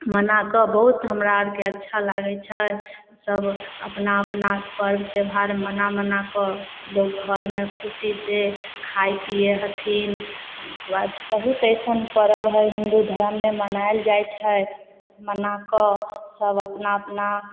मनाके बहुत हमरा अरके अच्छा लागय छै सब अपना अपना पर्व त्योहार मना मनाकऽ लोक घरमे खुशीसँ खाइ पीयै हथिन ओकर बाद बहुत अइसन पर्व हइ हिन्दू धर्ममे मनायल जाइ छै मनाकऽ सब अपना अपना